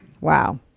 Wow